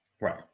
Right